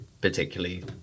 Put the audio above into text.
particularly